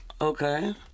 Okay